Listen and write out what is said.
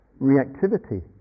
reactivity